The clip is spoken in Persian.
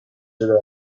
شده